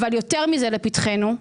יותר מזה לפתחנו,